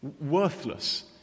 worthless